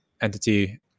entity